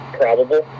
probable